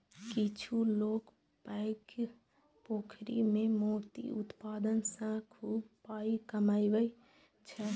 किछु लोक पैघ पोखरि मे मोती उत्पादन सं खूब पाइ कमबै छै